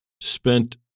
spent